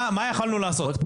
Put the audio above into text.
מה יכולנו לעשות?